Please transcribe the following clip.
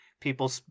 people